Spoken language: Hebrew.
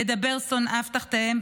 ידבר שונאינו תחתיהם,